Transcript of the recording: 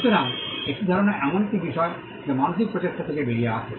সুতরাং একটি ধারণা এমন একটি বিষয় যা মানসিক প্রচেষ্টা থেকে বেরিয়ে আসে